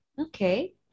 Okay